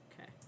Okay